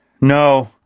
No